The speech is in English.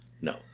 No